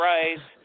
Rice